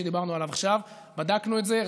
שדיברנו עליו עכשיו: בדקנו את זה,